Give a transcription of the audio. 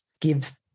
gives